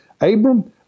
Abram